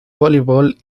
voleibol